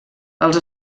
els